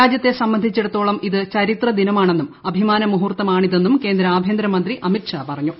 രാജ്യത്തെ സംബന്ധിച്ചിടത്തോളം ഇത് ചരിത്ര ദിനമാണെന്നും അഭിമാന മുഹൂർത്തം ആണിതെന്നും കേന്ദ്ര ആഭ്യന്തര മന്ത്രി അമിത് ഷാ പറഞ്ഞു